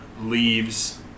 Leaves